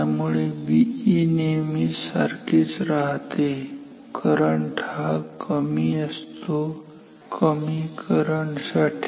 त्यामुळे Be नेहमीच सारखी असते करंट हा कमी असतो कमी ही करंट साठी